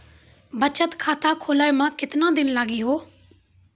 बचत खाता खोले मे केतना दिन लागि हो?